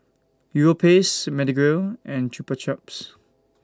Europace Pedigree and Chupa Chups